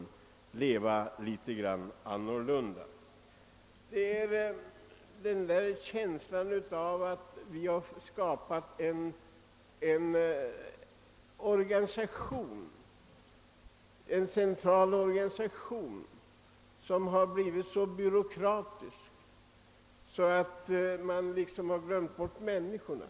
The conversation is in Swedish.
Jag har den känslan att det skapats en central organisationsapparat som blivit så byråkratisk att man glömt bort människorna.